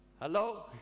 Hello